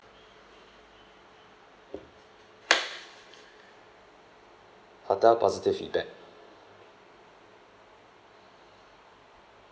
hotel positive feedback